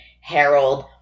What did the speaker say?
Harold